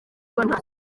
rwanda